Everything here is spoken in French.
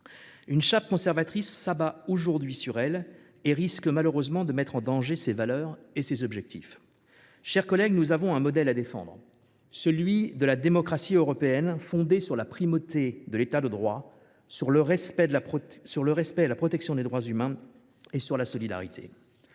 une chape conservatrice s’abat aujourd’hui sur elle et risque malheureusement de mettre en danger ses valeurs et ses objectifs. Mes chers collègues, nous avons un modèle à défendre, celui de la démocratie européenne, fondée sur la primauté de l’État de droit, sur le respect et la protection des droits humains et sur la solidarité.